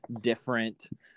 different